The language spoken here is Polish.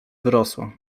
wyrosła